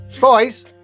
boys